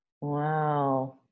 Wow